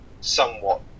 somewhat